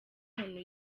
umuntu